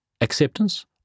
acceptance